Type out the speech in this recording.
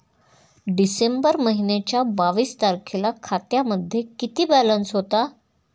डिसेंबर महिन्याच्या बावीस तारखेला खात्यामध्ये किती बॅलन्स होता?